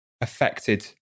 affected